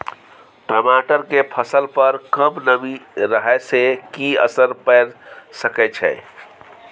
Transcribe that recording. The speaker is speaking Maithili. टमाटर के फसल पर कम नमी रहै से कि असर पैर सके छै?